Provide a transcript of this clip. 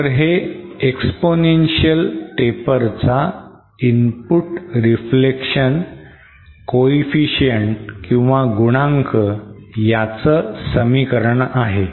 तर हे exponential taper चा इनपुट रिफ्लेक्शन कोएफिशिएंट च समीकरण आहे